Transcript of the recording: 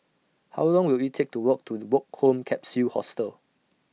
How Long Will IT Take to Walk to The Woke Home Capsule Hostel